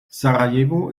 sarajevo